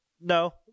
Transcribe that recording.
No